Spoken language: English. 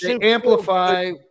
amplify